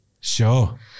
Sure